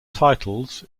titles